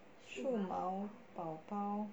数码宝宝